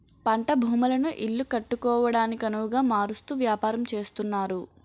పంట భూములను ఇల్లు కట్టుకోవడానికొనవుగా మారుస్తూ వ్యాపారం చేస్తున్నారు